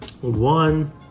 one